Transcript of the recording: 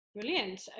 Brilliant